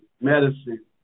medicine